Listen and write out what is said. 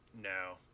No